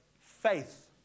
Faith